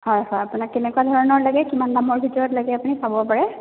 হয় হয় আপোনাক কেনেকুৱা ধৰণৰ লাগে কিমান দামৰ ভিতৰত লাগে আপুনি চাব পাৰে